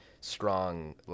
strong